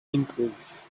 increase